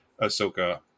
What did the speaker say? Ahsoka